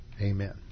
Amen